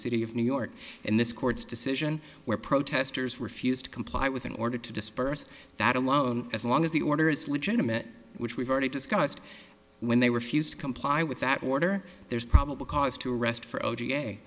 city of new york in this court's decision where protesters were fused to comply with an order to disperse that alone as long as the order is legitimate which we've already discussed when they refused to comply with that order there's probable cause to arrest for o j